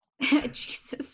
Jesus